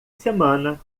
semana